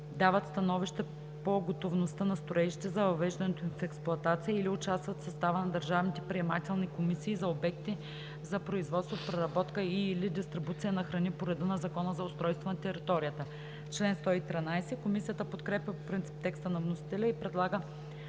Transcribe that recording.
дават становища по готовността на строежите за въвеждането им в експлоатация или участват в състава на държавните приемателни комисии за обекти за производство, преработка и/или дистрибуция на храни, по реда на Закона за устройство на територията.“ Комисията подкрепя по принцип текста на вносителя и предлага